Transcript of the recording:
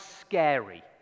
scary